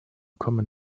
kommen